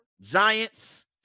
Giants